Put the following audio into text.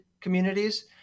communities